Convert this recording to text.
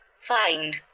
find